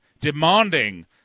demanding